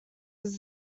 was